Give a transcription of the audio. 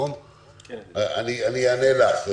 אני אענה לך.